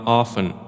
often